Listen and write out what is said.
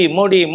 Modi